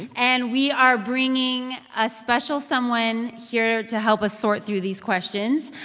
and we are bringing a special someone here to help us sort through these questions.